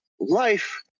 life